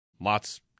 Lots